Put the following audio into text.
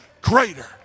greater